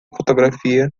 fotografia